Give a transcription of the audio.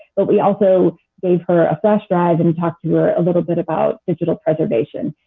but we also gave her a flash drive and talked to her a little bit about digital preservation.